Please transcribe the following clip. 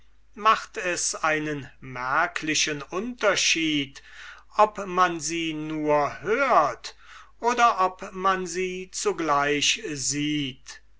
macht es einen merklichen unterschied ob man sie nur hört oder ob man sie zugleich sieht